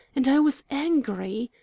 and i was angry,